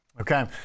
Okay